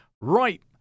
Right